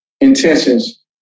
intentions